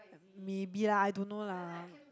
maybe lah I don't know lah